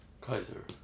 Kaiser